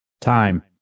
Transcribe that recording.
Time